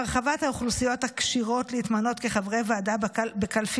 הרחבת האוכלוסיות הכשירות להתמנות כחברי ועדה בקלפי